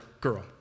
girl